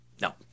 No